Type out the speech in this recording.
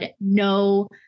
no